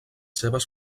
seves